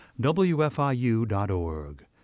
wfiu.org